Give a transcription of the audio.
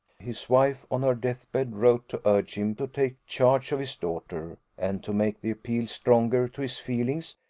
his wife, on her death-bed, wrote to urge him to take charge of his daughter and, to make the appeal stronger to his feelings,